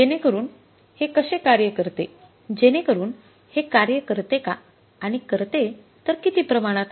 जेणेकरून करते का आणि करते तर किती प्रमाणात